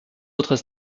autres